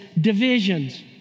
divisions